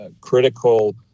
critical